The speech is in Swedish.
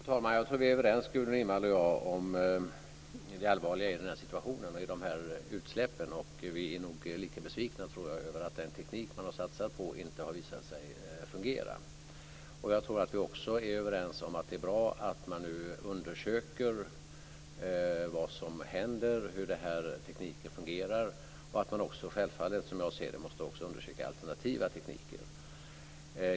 Fru talman! Jag tror att vi är överens, Gudrun Lindvall och jag, om det allvarliga i situationen med de här utsläppen. Vi är nog också lika besvikna över att den teknik som man har satsat på inte har visat sig fungera. Jag tror att vi även är överens om att det är bra att man nu undersöker vad som händer och hur tekniken fungerar. Självfallet måste man också, som jag ser det, undersöka alternativa tekniker.